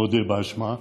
מודה באשמה,